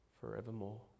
forevermore